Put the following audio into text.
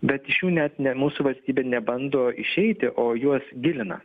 bet iš jų net ne mūsų valstybė nebando išeiti o juos gilina